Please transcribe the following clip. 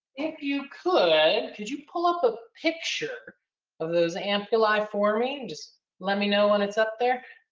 if you could, could you pull up a picture of those ampullae for me? just let me know when it's up there.